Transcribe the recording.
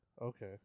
Okay